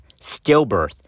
stillbirth